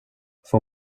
får